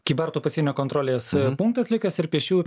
kybartų pasienio kontrolės punktas likęs ir pėsčiųjų